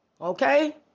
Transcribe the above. okay